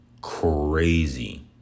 crazy